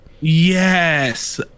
Yes